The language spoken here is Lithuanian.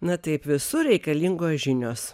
na taip visur reikalingos žinios